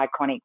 iconic